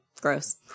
Gross